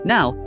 Now